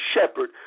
shepherd